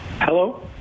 Hello